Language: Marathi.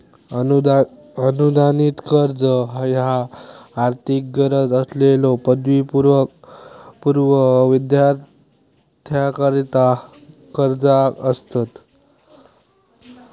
अनुदानित कर्ज ह्या आर्थिक गरज असलेल्यो पदवीपूर्व विद्यार्थ्यांकरता कर्जा असतत